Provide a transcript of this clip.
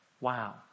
Wow